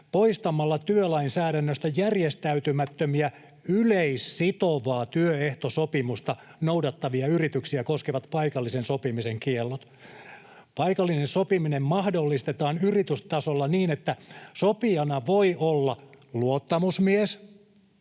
poistamalla työlainsäädännöstä järjestäytymättömiä, yleissitovaa työehtosopimusta noudattavia yrityksiä koskevat paikallisen sopimisen kiellot. Paikallinen sopiminen mahdollistetaan yritystasolla niin, että sopijana voi olla luottamusmies,